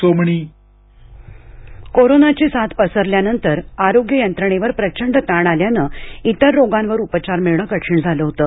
ससन कोरोनाची साथ पसरल्यानंतर आरोग्य यंत्रणेवर प्रचंड ताण आल्यानं इतर रोगांवर उपचार मिळणं कठीण झालं होतं